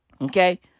okay